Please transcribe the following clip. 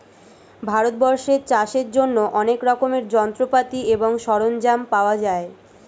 ভারতবর্ষে চাষের জন্য অনেক রকমের যন্ত্রপাতি এবং সরঞ্জাম পাওয়া যায়